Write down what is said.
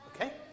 Okay